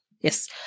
Yes